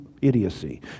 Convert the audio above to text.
idiocy